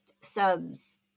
subs –